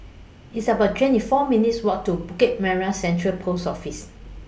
It's about twenty four minutes' Walk to Bukit Merah Central Post Office